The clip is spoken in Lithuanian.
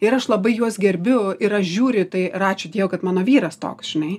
ir aš labai juos gerbiu ir aš žiūriu į tai ir ačiū dievui kad mano vyras toks žinai